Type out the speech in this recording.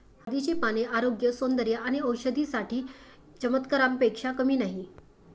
हळदीची पाने आरोग्य, सौंदर्य आणि औषधी साठी चमत्कारापेक्षा कमी नाहीत